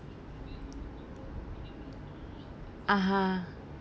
(uh huh)